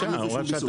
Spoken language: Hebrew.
אין לזה שום ביסוס.